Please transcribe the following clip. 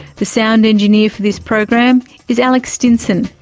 the sound engineer for this program is alex stinson,